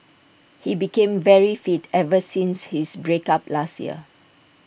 he became very fit ever since his break up last year